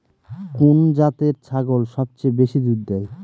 কোন জাতের ছাগল সবচেয়ে বেশি দুধ দেয়?